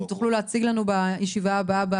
אתם תוכלו להציג לנו בישיבה הבאה?